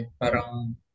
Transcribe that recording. parang